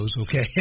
okay